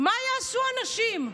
מה יעשו הנשים?